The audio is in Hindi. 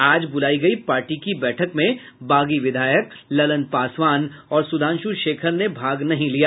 आज बुलाई गयी पार्टी की बैठक में बागी विधायक ललन पासवान और सुधांशु शेखर ने भाग नहीं लिया